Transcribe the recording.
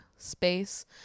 space